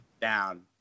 down